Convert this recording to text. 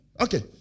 Okay